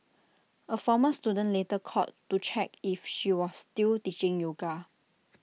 A former student later called to check if she was still teaching yoga